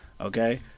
Okay